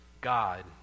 God